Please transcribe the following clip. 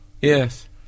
Yes